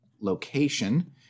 location